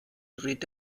dreht